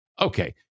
Okay